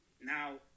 now